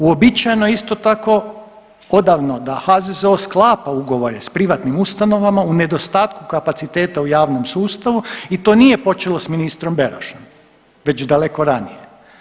Uobičajeno je isto tako odavno da HZZO sklapa ugovore sa privatnim ustanovama u nedostatku kapaciteta u javnom sustavu i to nije počelo s ministrom Berošom već daleko ranije.